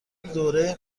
دوره